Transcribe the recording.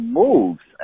moves